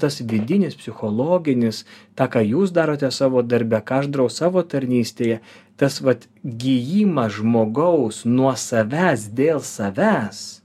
tas vidinis psichologinis tą ką jūs darote savo darbe ką aš darau savo tarnystėj tas vat gijimas žmogaus nuo savęs dėl savęs